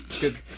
good